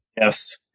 yes